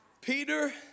Peter